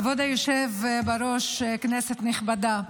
כבוד היושב בראש, כנסת נכבדה,